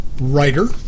writer